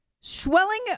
Swelling